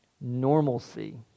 Normalcy